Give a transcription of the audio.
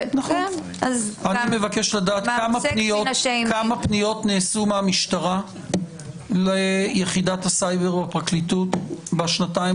גם מבקש לדעת כמה פניות נעשו מהמשטרה ליחידת הסייבר בפרקליטות בשנתיים